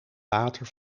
water